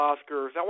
Oscars